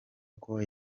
aho